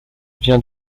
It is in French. vient